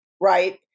right